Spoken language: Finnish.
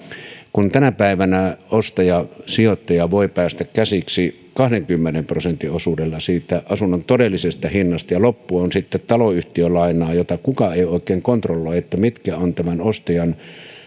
kun tänä päivänä ostaja sijoittaja voi päästä käsiksi asuntoon kahdenkymmenen prosentin osuudella asunnon todellisesta hinnasta ja loppu on sitten taloyhtiölainaa eikä kukaan ei oikein kontrolloi mitkä ovat ostajan